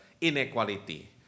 inequality